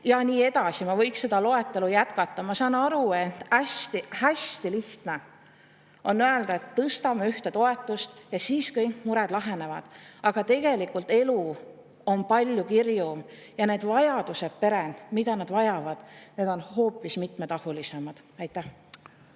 Ja nii edasi. Ma võiksin seda loetelu jätkata. Ma saan aru, et hästi lihtne on öelda, et tõstame ühte toetust ja siis kõik mured lahenevad. Aga tegelikult on elu palju kirjum ja perede vajadused on hoopis mitmetahulisemad.